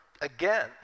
again